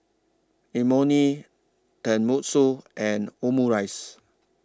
Imoni Tenmusu and Omurice